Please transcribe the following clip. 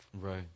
Right